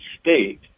state